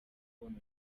kubona